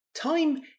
Time